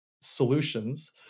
solutions